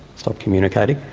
stopped communicating,